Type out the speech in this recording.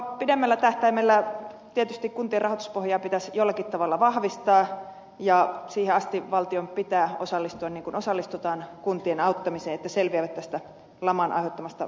pidemmällä tähtäimellä tietysti kuntien rahoituspohjaa pitäisi jollakin tavalla vahvistaa ja siihen asti valtion pitää osallistua niin kuin osallistutaan kuntien auttamiseen että selviävät tästä laman aiheuttamasta ongelmasta